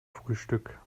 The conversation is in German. frühstück